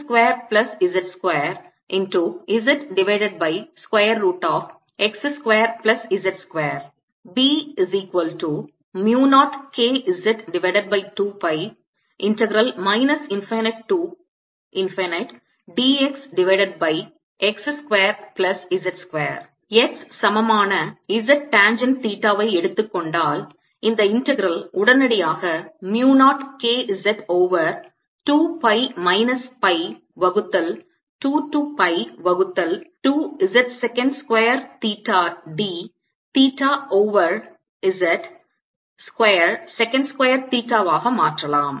X சமமான z tangent theta ஐ எடுத்துக் கொண்டால் இந்த integral உடனடியாக mu 0 K z over 2 pi minus pi வகுத்தல் 2 to pi வகுத்தல் 2 z second square theta d தீட்டா over z square second square தீட்டாவாக மாற்றலாம்